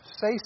say